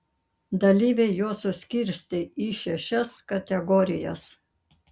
dalyviai juos suskirstė į šešias kategorijas